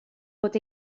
bod